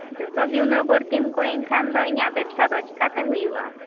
ᱡᱚᱛᱚ ᱜᱮ ᱩᱱᱟᱹᱜ ᱵᱟᱹᱲᱛᱤᱢ ᱠᱚᱭᱤᱧ ᱠᱷᱟᱱ ᱫᱚ ᱤᱧᱟᱹᱜ ᱵᱮᱵᱥᱟ ᱫᱚ ᱪᱤᱠᱟᱹᱛᱮ ᱦᱩᱭᱩᱜᱼᱟ